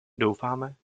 doufáme